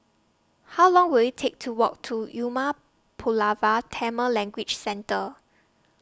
How Long Will IT Take to Walk to Umar Pulavar Tamil Language Centre